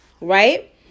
right